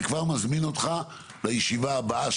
אני כבר מזמין אותך לישיבה הבאה,